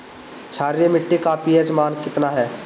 क्षारीय मीट्टी का पी.एच मान कितना ह?